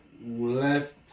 left